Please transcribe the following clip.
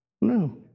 No